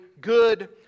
good